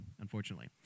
unfortunately